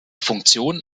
funktion